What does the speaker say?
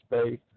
space